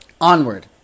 Onward